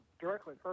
Directly